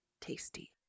tasty